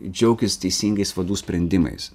džiaukis teisingais vadų sprendimais